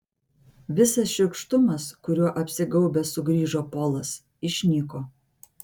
visas šiurkštumas kuriuo apsigaubęs sugrįžo polas išnyko